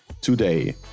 Today